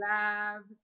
Labs